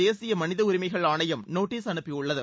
தேசிய மனித உரிமைகள் ஆணையம் நோட்டீஸ் அனுப்பியுள்ளது